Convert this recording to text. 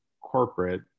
corporate